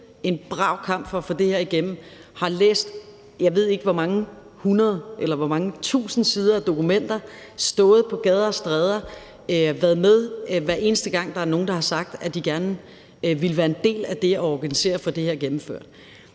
en brav kamp for at få det her igennem, har læst, jeg ved ikke hvor mange hundrede eller tusinde sider af dokumenter, stået på gader og stræder og været med, hver eneste gang der er nogle, der har sagt, at de gerne ville være en del af det at organisere og få det her gennemført.